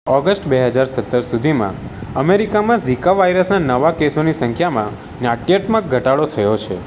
August બે હજાર સત્તર સુધીમાં અમેરિકામાં ઝિકા વાયરસના નવા કેસોની સંખ્યામાં નાટ્યાત્મક ઘટાડો થયો છે